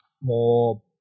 more